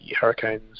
Hurricanes